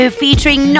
featuring